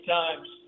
times